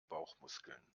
bauchmuskeln